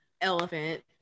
elephant